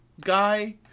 guy